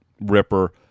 ripper